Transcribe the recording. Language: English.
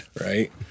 right